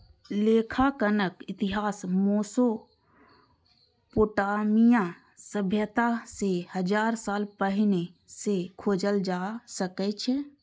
लेखांकनक इतिहास मोसोपोटामिया सभ्यता सं हजार साल पहिने सं खोजल जा सकै छै